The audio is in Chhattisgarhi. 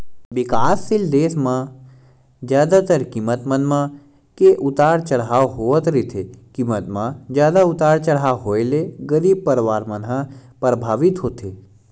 बिकाससील देस म जादातर कीमत मन म के उतार चड़हाव होवत रहिथे कीमत म जादा उतार चड़हाव होय ले गरीब परवार मन ह परभावित होथे